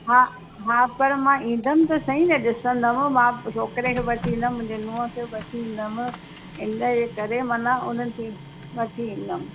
हा हा पर मां ईंदमि त सही ॾिसंदमि मां छोकिरे खे वठी ईंदमि मुंहिंजे नूंहं खे वठी ईंदमि हिन जे करे मन हुननि खे वठी ईंदमि